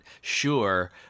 sure